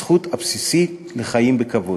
הזכות הבסיסית לחיים בכבוד.